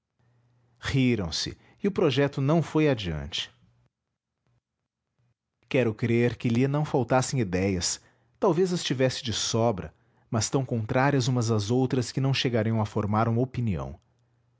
políticas riram-se e o projeto não foi adiante www nead unama br quero crer que lhe não faltassem idéias talvez as tivesse de sobra mas tão contrárias umas às outras que não chegariam a formar uma opinião